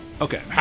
Okay